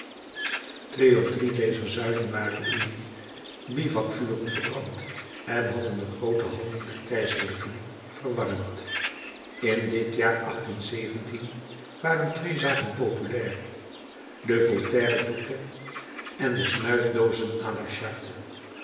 twee of drie dezer zuilen waren in die bivouacvuren verbrand en hadden de groote handen der keizerlijken verwarmd in dit jaar waren twee zaken populair de voltaire touquet en de snuifdoozen à la charte